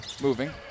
Moving